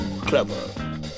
clever